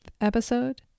episode